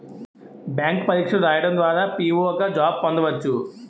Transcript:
bank పరీక్షలు రాయడం ద్వారా పిఓ గా జాబ్ పొందవచ్చు